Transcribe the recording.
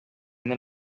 nel